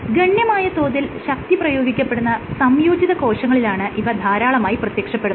ഗണ്യമായ തോതിൽ ശക്തി പ്രയോഗിക്കപ്പെടുന്ന സംയോജിത കോശങ്ങളിലാണ് ഇവ ധാരാളമായി പ്രത്യക്ഷപ്പെടുന്നത്